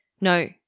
no